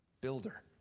builder